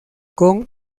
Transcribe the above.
con